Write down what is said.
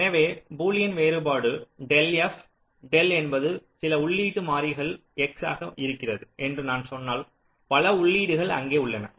எனவே பூலியன் வேறுபாடு del f del என்பது சில உள்ளீட்டு மாறிகள் x ஆக இருக்கிறது என்று நான் சொன்னால் பல உள்ளீடுகள் அங்கே உள்ளன